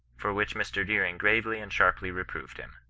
for which mr. deering gravely and sharply reproved him.